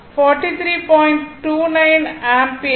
29 ampere